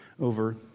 over